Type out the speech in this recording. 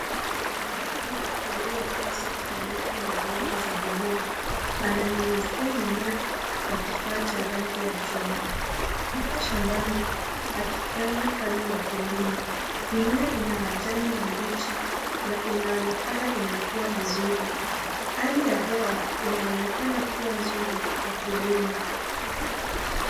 Mtu aliyevaa suti nyeupe na glovu za buluu ananyunyizia mimea kwa kifaa cha rangi ya chungwa yuko shambani akifanya kazi ya kilimo. Mimea ina majani mabichi na inaonekana inakuwa vizuri. Hali ya hewa inaonekana kuwa nzuri kwa kilimo.